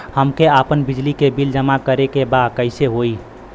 हमके आपन बिजली के बिल जमा करे के बा कैसे होई?